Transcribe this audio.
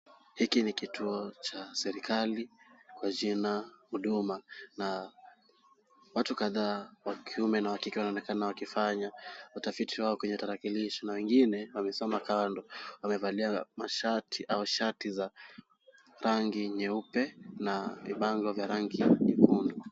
Hiki ni kituo cha serikali kwa jina huduma na watu kadhaa wa kiume na wa kike wanaonekana wakifanya utafiti wao kwenye tarakilishi na wengine wamesimama kando. Wamevalia mashati ama shati za rangi nyeupe na vibango vya rangi nyekundu.